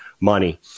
money